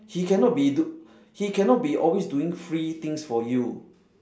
he cannot be do he cannot be always doing free things for you